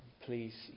Please